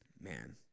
Man